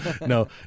no